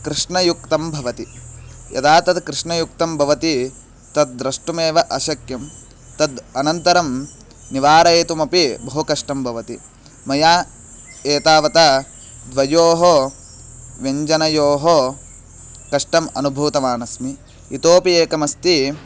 कृष्णयुक्तं भवति यदा तत् कृष्णयुक्तं भवति तद्द्रष्टुमेव अशक्यं तद् अनन्तरं निवारयितुमपि बहु कष्टं भवति मया एतावता द्वयोः व्यञ्जनयोः कष्टम् अनुभूतवान् अस्मि इतोपि एकमस्ति